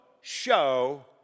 show